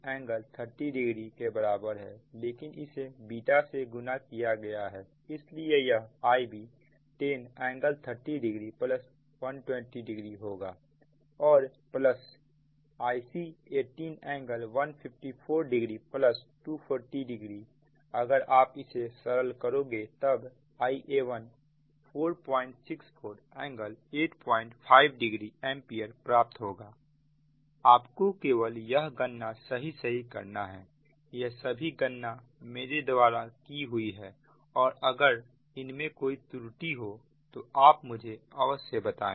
Ib 10ㄥ30oके बराबर है लेकिन इसे से गुना किया गया है इसलिए यह Ib 10ㄥ30o120oहोगा और Ic 18 ㄥ154o240oअगर आप इसे सरल करोगे तब Ia1 464 ㄥ85oएंपियर प्राप्त होगा आपको केवल यह गणना सही सही करना है यह सभी गणना मेरे द्वारा की हुई है और अगर इनमें कोई त्रुटि हो तो आप मुझे अवश्य बताएं